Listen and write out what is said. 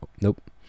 Nope